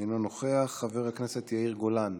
אינו נוכח, חבר הכנסת יאיר גולן,